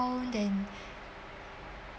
then